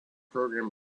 program